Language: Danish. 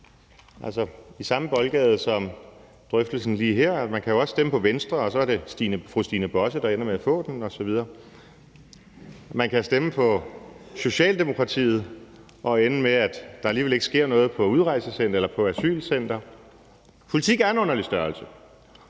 Altså, i samme boldgade som med drøftelsen lige her kan man sige, at man jo også kan stemme på Venstre, og så er det fru Stine Bosse, der ender med at få den osv. Man kan stemme på Socialdemokratiet og ende med, at der alligevel ikke sker noget med asylcentrene. Politik er en underlig størrelse.